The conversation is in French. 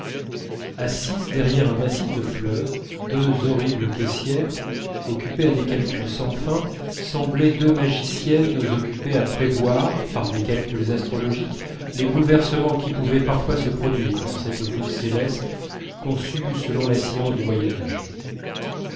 assises derrière un massif de fleurs deux horribles caissières occupées à des calculs sans fin semblaient deux magiciennes occupées à prévoir par des calculs astrologiques les bouleversements qui pouvaient parfois se produire dans cette voûte céleste conçue selon la science du